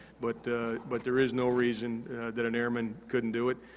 but but there is no reason that an airman couldn't do it.